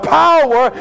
power